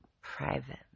private